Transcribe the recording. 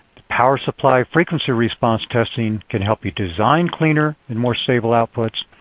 the power supply frequency response testing can help you design cleaner and more stable outputs.